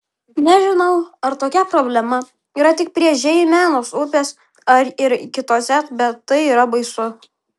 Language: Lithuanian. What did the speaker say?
nežinau ar tokia problema yra tik prie žeimenos upės ar ir kitose bet tai yra baisu